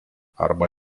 arba